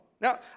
Now